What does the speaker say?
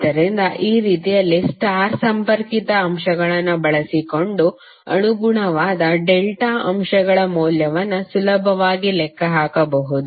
ಆದ್ದರಿಂದ ಈ ರೀತಿಯಲ್ಲಿ ಸ್ಟಾರ್ ಸಂಪರ್ಕಿತ ಅಂಶಗಳನ್ನು ಬಳಸಿಕೊಂಡು ಅನುಗುಣವಾದ ಡೆಲ್ಟಾ ಅಂಶಗಳ ಮೌಲ್ಯವನ್ನು ಸುಲಭವಾಗಿ ಲೆಕ್ಕ ಹಾಕಬಹುದು